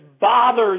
bothers